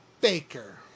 Baker